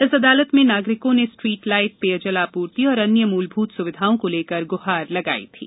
इस अदालत में नागरिकों ने स्ट्रीट लाइट पेयजल आपूर्ति और अन्य मूलभूत सुविधाओं को लेकर गुहार लगायी थी